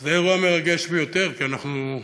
שזה אירוע מרגש ביותר כי אנחנו,